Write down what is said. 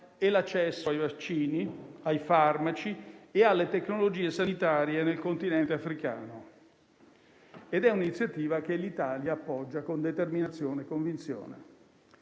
e l'accesso ai vaccini, ai farmaci e alle tecnologie sanitarie nel continente africano; è un'iniziativa che l'Italia appoggia con determinazione e convinzione.